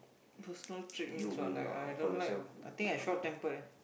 personal trait means what like I don't like I think I short tempered